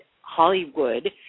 Hollywood